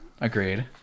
Agreed